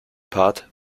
part